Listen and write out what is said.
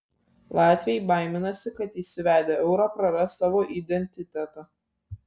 latviai baiminasi kad įsivedę eurą praras savo identitetą